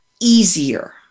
easier